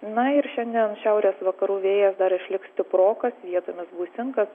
na ir šiandien šiaurės vakarų vėjas dar išliks stiprokas vietomis gūsingas